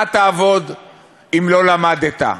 מה תעבוד אם לא למדת?